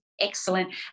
excellent